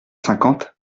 cinquante